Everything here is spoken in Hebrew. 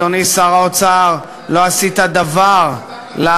אדוני שר האוצר, לא עשית דבר לענות